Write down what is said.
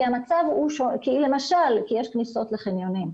כי למשל יש כניסות לחניונים,